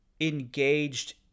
engaged